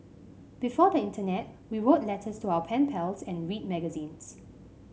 before the internet we wrote letters to our pen pals and read magazines